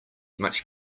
much